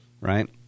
right